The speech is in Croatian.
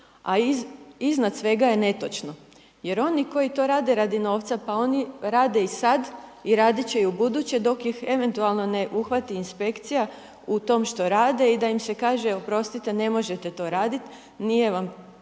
a iznad svega je netočno, jer oni koji to rade radi novca, pa oni rade i sad, i radit će i ubuduće dok ih eventualno dok ih ne uhvati inspekcija u tom što rade, i da im se kaže oprostite ne možete to radit, nije vam to